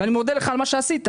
ואני מודה לך על מה שעשית,